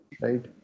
Right